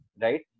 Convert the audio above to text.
right